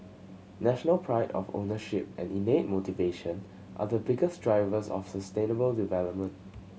national pride of ownership and innate motivation are the biggest drivers of sustainable development